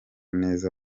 neza